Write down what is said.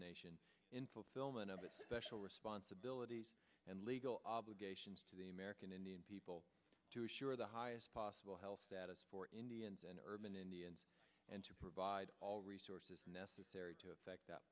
nation in fulfillment of a special responsibilities and legal obligations to the american indian people to ensure the highest possible health status for indians and urban indians and to provide all resources necessary to effect th